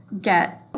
get